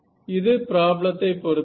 இது ப்ராப்ளத்தை பொருத்தது